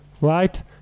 right